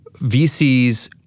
VCs